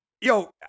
yo